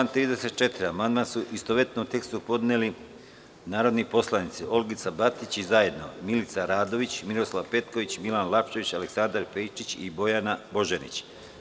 Na član 34. amandman su u istovetnom tekstu podneli narodni poslanici Olgica Batić i zajedno Milica Radović, Miroslav Petković, Milan Lapčević, Aleksandar Pejčić i Bojana Božanić.